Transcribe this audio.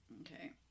okay